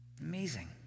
amazing